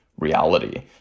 reality